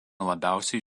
labiausiai